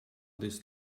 this